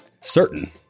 certain